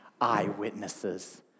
eyewitnesses